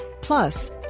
Plus